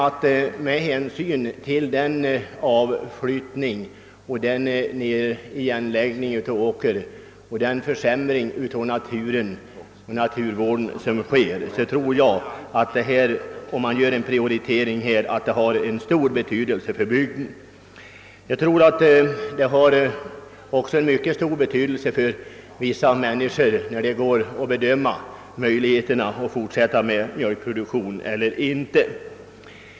Men med hänsyn till den avflyttning och det igenläggande av åker samt den försämring av naturen som sker tror jag att vår prioritering har stor betydelse för bygden. En prioritering har även stor betydelse för vissa människor när de skall bedöma sina möjligheter att fortsätta med mjölkproduktion eller inte.